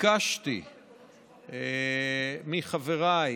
ביקשתי מחבריי